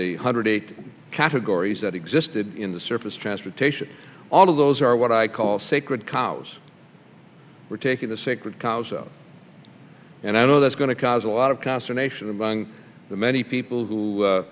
the hundred eight categories that existed in the surface transportation all of those are what i call sacred cows we're taking the sacred cows out and i know that's going to cause a lot of consternation among the many people who